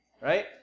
Right